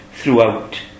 throughout